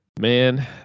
Man